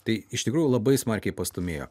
tai iš tikrųjų labai smarkiai pastūmėjo